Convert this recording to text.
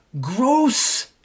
gross